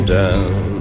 down